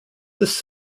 this